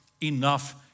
enough